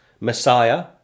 Messiah